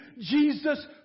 Jesus